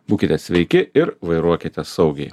būkite sveiki ir vairuokite saugiai